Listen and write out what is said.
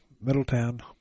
Middletown